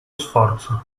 sforzo